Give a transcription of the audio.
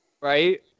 Right